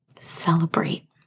Celebrate